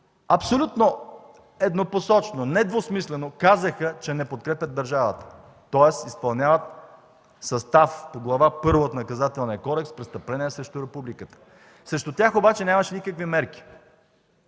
абсолютно еднопосочно, недвусмислено казаха, че не подкрепят държавата, тоест изпълняват състав по Глава първа от Наказателния кодекс – „Престъпления срещу републиката”. Срещу тях обаче нямаше никакви мерки.